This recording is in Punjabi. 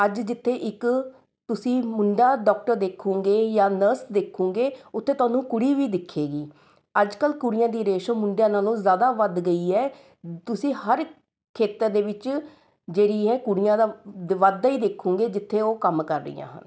ਅੱਜ ਜਿੱਥੇ ਇੱਕ ਤੁਸੀਂ ਮੁੰਡਾ ਡਾਕਟਰ ਦੇਖੋਂਗੇ ਜਾਂ ਨਰਸ ਦੇਖੋਂਗੇ ਉੱਥੇ ਤੁਹਾਨੂੰ ਕੁੜੀ ਵੀ ਦਿਖੇਗੀ ਅੱਜ ਕੱਲ੍ਹ ਕੁੜੀਆਂ ਦੀ ਰੇਸ਼ੋ ਮੁੰਡਿਆਂ ਨਾਲੋਂ ਜ਼ਿਆਦਾ ਵੱਧ ਗਈ ਹੈ ਤੁਸੀਂ ਹਰ ਖੇਤਰ ਦੇ ਵਿੱਚ ਜਿਹੜੀ ਹੈ ਕੁੜੀਆਂ ਦਾ ਵਾਧਾ ਹੀ ਦੇਖੋਂਗੇ ਜਿੱਥੇ ਉਹ ਕੰਮ ਕਰ ਰਹੀਆਂ ਹਨ